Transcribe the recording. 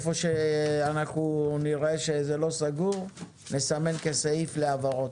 היכן שנראה שזה לא סגור, נסמן כסעיף להבהרות.